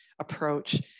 approach